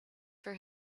for